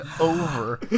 over